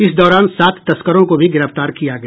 इस दौरान सात तस्करों को भी गिरफ्तार किया गया